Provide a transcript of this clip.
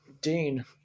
Dean